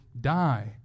die